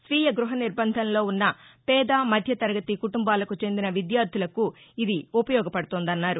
స్వీయ గ్బహనిర్బంధంలో ఉన్న పేద మధ్యతరగతి కుటుంబాలకు చెందిన విద్యార్లులకు ఇది ఉపయోగపడుతోందన్నారు